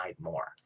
more